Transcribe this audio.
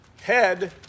Head